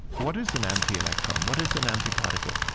what is an anti-electron? what is an antiparticle